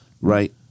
right